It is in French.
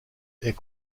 est